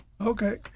Okay